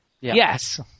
Yes